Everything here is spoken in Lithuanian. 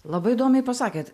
labai įdomiai pasakėt